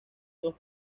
dos